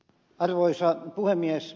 arvoisa puhemies